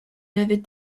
avait